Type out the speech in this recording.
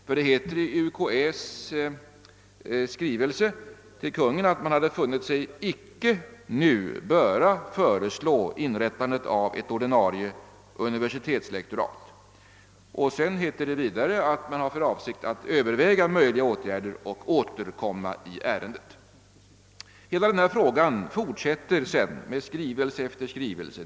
Det heter nämligen i UKÄ:s skrivelse, att man hade »funnit sig icke nu böra föreslå inrättandet av ett ordinarie universitetslektorat». Vidare sägs det att man »har för avsikt att överväga möjliga åtgärder och återkomma i ärendet». Hela frågan fortsätter sedan i skrivelse efter skrivelse.